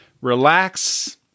relax